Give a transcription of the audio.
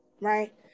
right